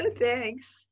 Thanks